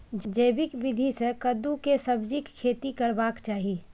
जैविक विधी से कद्दु के सब्जीक खेती करबाक चाही?